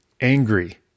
Angry